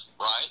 right